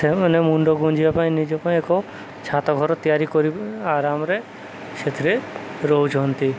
ସେମାନେ ମୁଣ୍ଡ ଗୁଞ୍ଜିବା ପାଇଁ ନିଜ ପାଇଁ ଏକ ଛାତଘର ତିଆରି କରି ଆରାମରେ ସେଥିରେ ରହୁଛନ୍ତି